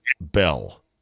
Bell